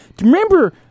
Remember